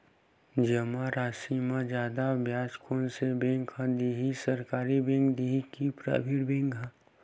जमा राशि म जादा ब्याज कोन से बैंक ह दे ही, सरकारी बैंक दे हि कि प्राइवेट बैंक देहि?